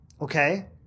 okay